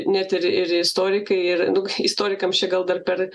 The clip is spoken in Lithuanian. net ir ir istorikai ir nu istorikams čia gal dar per